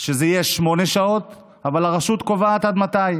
שזה יהיה שמונה שעות אבל הרשות קובעת עד מתי,